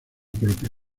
propio